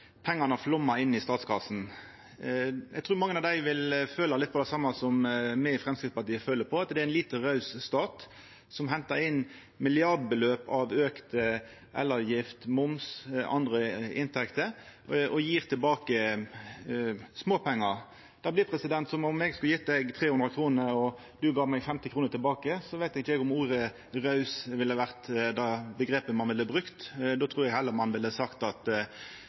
pengane flaumar inn i statskassa. Eg trur mange av dei vil føla på litt av det same som me i Framstegspartiet følar på, at det er ein lite raus stat, som hentar inn milliardsummar i auka elavgift, moms og andre inntekter, og som gjev tilbake småpengar. Det blir som om eg skulle gje presidenten 300 kr og presidenten gav meg 50 kr tilbake. Då veit eg ikkje om ein ville brukt ordet «raus». Då trur eg heller ein ville ha sagt at